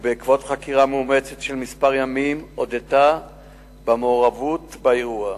ובעקבות חקירה מאומצת של כמה ימים הודתה במעורבות באירוע.